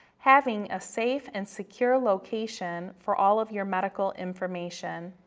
having a safe and secure location for all of your medical information.